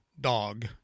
dog